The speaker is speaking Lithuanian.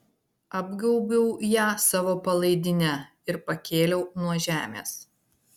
apgaubiau ją savo palaidine ir pakėliau nuo žemės